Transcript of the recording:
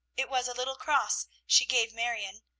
it was a little cross she gave marion,